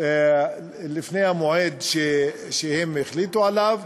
לפני המועד שהם החליטו עליו,